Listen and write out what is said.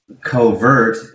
covert